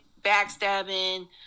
backstabbing